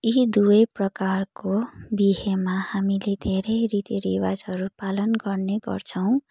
यी दुवै प्रकारको बिहेमा हामीले धेरै रीतिरिवाजहरू पालन गर्ने गर्छौँ